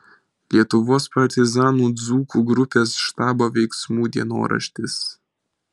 lietuvos partizanų dzūkų grupės štabo veiksmų dienoraštis